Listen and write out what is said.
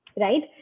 right